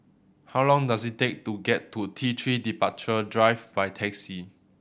how long does it take to get to T Three Departure Drive by taxi